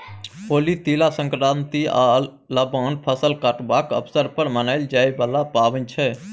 होली, तिला संक्रांति आ लबान फसल कटबाक अबसर पर मनाएल जाइ बला पाबैन छै